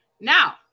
Now